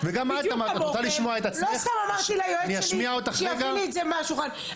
לא סתם אמרתי ליועץ שלי שיביא לי את זה מהשולחן,